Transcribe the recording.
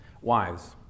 Wives